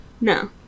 No